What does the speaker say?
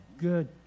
good